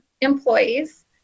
employees